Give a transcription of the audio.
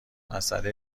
مسئله